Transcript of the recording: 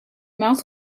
mouth